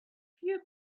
few